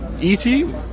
easy